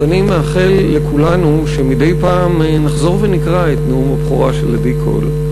אז אני מאחל לכולנו שמדי פעם נחזור ונקרא את נאום הבכורה של עדי קול,